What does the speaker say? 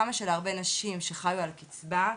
כמה שלהרבה נשים שחיו על קצבה,